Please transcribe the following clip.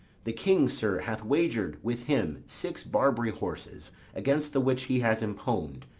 the king, sir, hath wager'd with him six barbary horses against the which he has imponed,